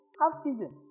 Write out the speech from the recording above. half-season